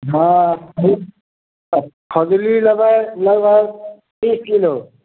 हँ फजुली फजुली लेबै लगभग तीस किलो